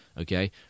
okay